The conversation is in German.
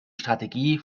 strategie